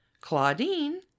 Claudine